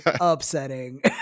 upsetting